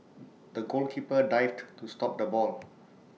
the goalkeeper dived to stop the ball